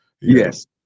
Yes